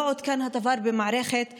לא עודכן הדבר במערכת הרישוי.